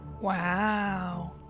Wow